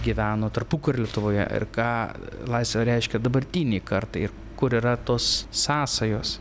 gyveno tarpukariu lietuvoje ir ką laisvė reiškia dabartinei kartai ir kur yra tos sąsajos